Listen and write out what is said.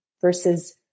versus